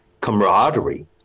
camaraderie